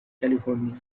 california